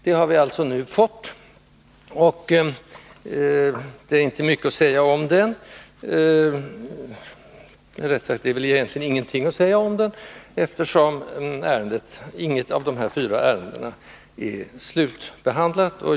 Det har vi alltså nu fått, och det är ingenting att säga om den, eftersom inget av de fyra ärendena är slutbehandlat.